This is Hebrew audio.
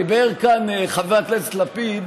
הטבות לחברות הייטק,